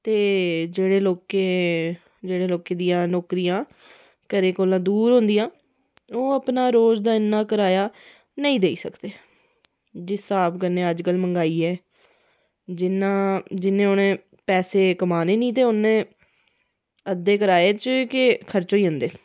ते जेह्डे़ लोके जेह्डे़ लोकें दियां नौकरियां घरै कोला दूर होंदिया ओह् अपना इन्ना कराया नेईं देई सकदे जिस स्हाब कन्नै अजकल मैंह्गाई ऐ जिन्ना जि'यां उ'नें पेसे कमाने नेईं ते जिन्ने उ'नें अद्धे कराए च चली जंदे ऐ